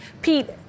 Pete